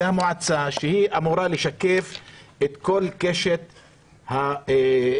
המועצה שאמורה לשקף את כל קשת החברה,